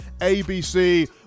ABC